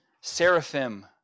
seraphim